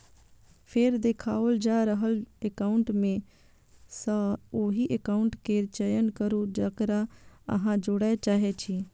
फेर देखाओल जा रहल एकाउंट मे सं ओहि एकाउंट केर चयन करू, जेकरा अहां जोड़य चाहै छी